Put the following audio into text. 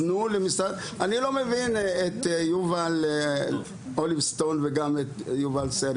אני לא מבין את יובל אוליבסטון ואת יובל סרי